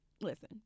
Listen